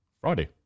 Friday